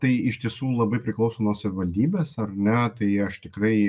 tai iš tiesų labai priklauso nuo savivaldybės ar ne tai aš tikrai